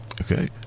Okay